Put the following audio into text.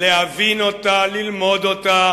להבין אותה, ללמוד אותה.